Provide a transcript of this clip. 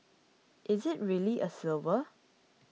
is it really a silver